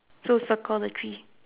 so circle the tree